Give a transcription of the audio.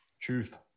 Truth